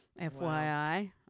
FYI